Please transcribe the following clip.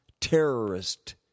terrorist